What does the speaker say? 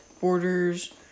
borders